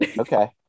Okay